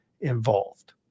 involved